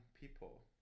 people